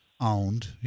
owned